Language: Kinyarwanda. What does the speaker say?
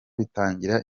bitangira